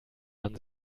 man